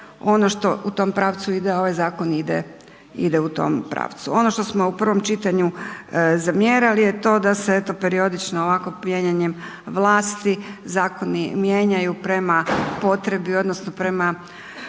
ono što u tom pravcu ide, a ovaj zakon ide, ide u tom pravcu. Ono što smo u prvom čitanju zamjerali je to da se eto periodično ovako mijenjanjem vlasti zakoni mijenjaju prema potrebi odnosno prema